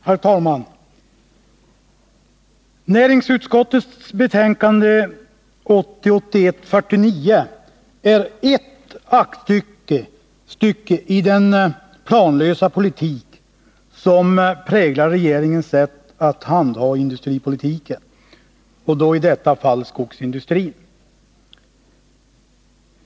Herr talman! Näringsutskottets betänkande 1980/81:49 är ett aktstycke i den planlösa politik som präglar regeringens sätt att handha industripolitiken, i detta fall skogsindustrin.